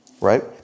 right